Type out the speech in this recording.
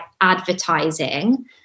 advertising